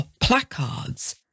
placards